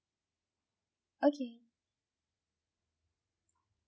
okay